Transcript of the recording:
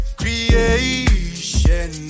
creation